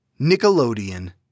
Nickelodeon